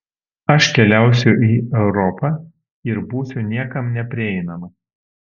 aš keliausiu į europą ir būsiu niekam neprieinama